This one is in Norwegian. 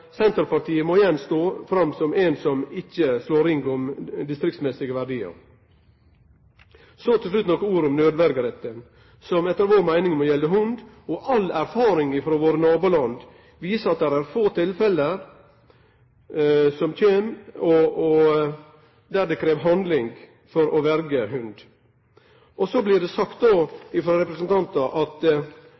Senterpartiet må nok ein gong stå fram som ein som ikkje slår ring om distriktsverdiar. Så til slutt nokre ord om nødverjeretten, som etter vår meining må gjelde hund. All erfaring frå våre naboland viser at det er få tilfelle der det krevst handling for å verje hund. Så blir det sagt frå representantar at